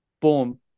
Boom